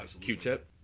Q-Tip